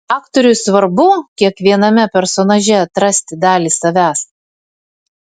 aktoriui svarbu kiekviename personaže atrasti dalį savęs